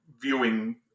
viewing